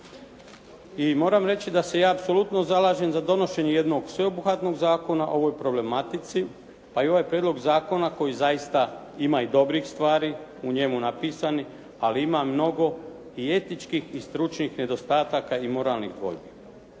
I moram reći da se ja apsolutno zalažem za donošenje jednog sveobuhvatnog zakona o ovoj problematici pa i ovaj prijedlog zakona koji zaista ima i dobrih stvari u njemu napisanih ali ima mnogo i etičkih i stručnih nedostataka i moralnih dvojbi.